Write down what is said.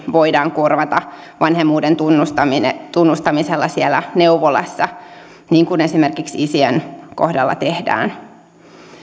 voidaan korvata vanhemmuuden tunnustamisella neuvolassa niin kuin esimerkiksi isien kohdalla tehdään